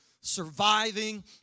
surviving